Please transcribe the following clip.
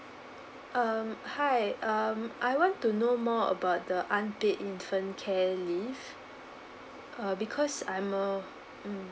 um hi um I want to know more about the unpaid infant care leave uh because I'm a mm